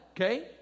okay